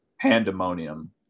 pandemonium